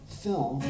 film